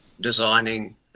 designing